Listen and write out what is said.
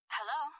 Hello